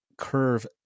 curve